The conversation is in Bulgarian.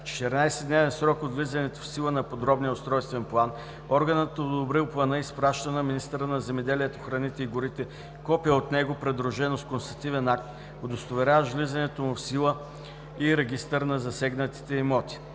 14-дневен срок от влизането в сила на подробния устройствен план органът, одобрил плана, изпраща на министъра на земеделието, храните и горите копие от него, придружено с констативен акт, удостоверяващ влизането му в сила и регистър на засегнатите имоти.